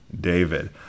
David